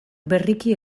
berriki